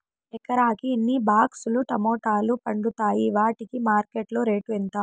ఎకరాకి ఎన్ని బాక్స్ లు టమోటాలు పండుతాయి వాటికి మార్కెట్లో రేటు ఎంత?